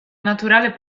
naturale